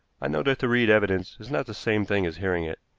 i know that to read evidence is not the same thing as hearing it,